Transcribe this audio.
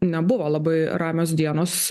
nebuvo labai ramios dienos